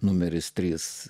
numeris trys